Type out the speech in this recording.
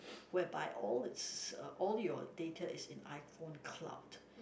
whereby all it's uh all your data is in iPhone cloud